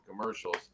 commercials